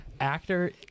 Actor